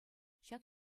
ҫак